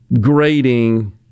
grading